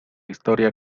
historia